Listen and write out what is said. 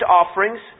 offerings